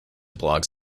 blogs